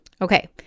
Okay